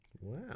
Wow